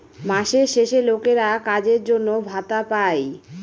মাসের শেষে লোকেরা কাজের জন্য ভাতা পাই